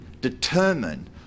determine